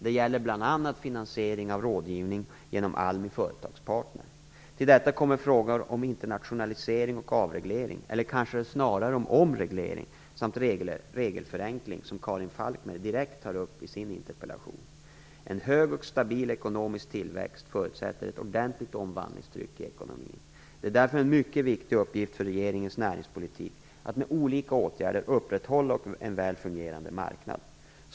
Det gäller bl.a. finansiering och rådgivning genom Till detta kommer frågor om internationalisering och avreglering, eller kanske snarare omreglering, samt regelförenkling som Karin Falkmer direkt tar upp i sin interpellation. En hög och stabil ekonomisk tillväxt förutsätter ett ordentligt omvandlingstryck i ekonomin. Det är därför en mycket viktig uppgift för regeringens näringspolitik att med olika åtgärder upprätthålla en väl fungerande marknad.